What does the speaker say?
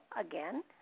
again